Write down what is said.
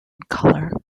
colour